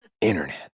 internet